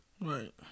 Right